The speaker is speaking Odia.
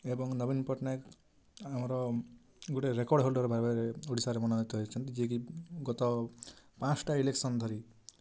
ଏବଂ ନବୀନ ପଟ୍ଟନାୟକ ଆମର ଗୋଟେ ରେକର୍ଡ଼ ହୋଲଡ଼ର୍ ଭାବରେ ଓଡ଼ିଶାରେ ମୋନାନୀତ ହୋଇଛନ୍ତି ଯିଏକି ଗତ ପାଞ୍ଚଟା ଇଲେକ୍ସନ୍ ଧରି